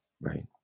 Right